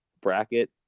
bracket